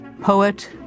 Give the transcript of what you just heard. poet